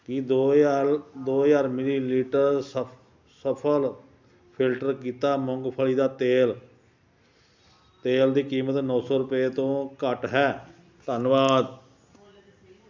ਕੀ ਦੋ ਹਜ਼ਾਰ ਦੋ ਹਜ਼ਾਰ ਮਿਲੀਲੀਟਰ ਸ ਸਫਲ ਫਿਲਟਰ ਕੀਤਾ ਮੂੰਗਫਲੀ ਦਾ ਤੇਲ ਤੇਲ ਦੀ ਕੀਮਤ ਨੌਂ ਸੌ ਰੁਪਏ ਤੋਂ ਘੱਟ ਹੈ ਧੰਨਵਾਦ